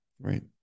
Right